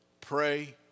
pray